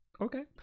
Okay